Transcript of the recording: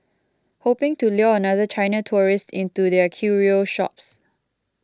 hoping to lure another China tourist into their curio shops